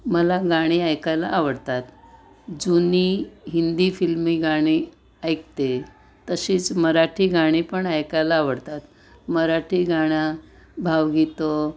मला गाणी ऐकायला आवडतात जुनी हिंदी फिल्मी गाणी ऐकते तशीच मराठी गाणी पण ऐकायला आवडतात मराठी गाणं भाव गीतं